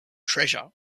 treasure